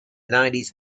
nineties